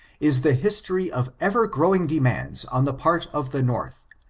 is the history of ever-growing demands on the part of the north,